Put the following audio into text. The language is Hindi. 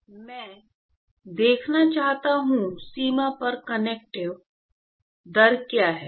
मैं देखना चाहता हूं सीमा पर कन्वेक्टीव दर क्या है